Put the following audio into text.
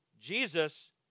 Jesus